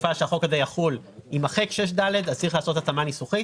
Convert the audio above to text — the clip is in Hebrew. התקופה שהחוק הזה יחול יימחק 6ד אז צריך לעשות התאמה ניסוחית.